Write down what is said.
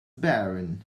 barren